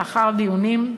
לאחר דיונים,